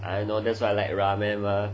I know that's why I like ramen mah